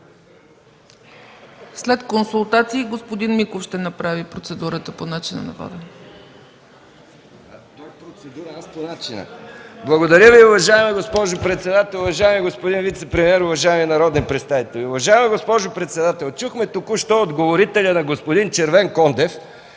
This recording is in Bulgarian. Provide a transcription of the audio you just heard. След консултации господин Миков ще направи процедурата по начина на водене. МИХАИЛ МИКОВ (КБ): Благодаря Ви, уважаема госпожо председател. Уважаеми господин вицепремиер, уважаеми народни представители! Уважаема госпожо председател, чухме току-що от говорителя на господин Червенкондев,